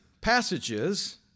passages